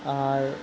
আর